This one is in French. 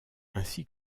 ainsi